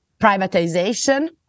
privatization